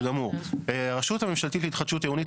הרשות הממשלתית להתחדשות עירונית,